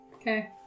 Okay